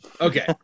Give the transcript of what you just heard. Okay